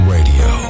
Radio